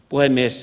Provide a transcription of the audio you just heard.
puhemies